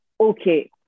okay